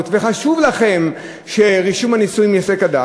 וחשוב לכם שרישום הנישואים ייעשה כדת,